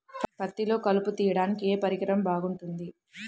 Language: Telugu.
పత్తిలో కలుపు తీయడానికి ఏ పరికరం బాగుంటుంది?